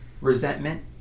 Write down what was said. resentment